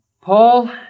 Paul